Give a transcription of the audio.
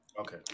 Okay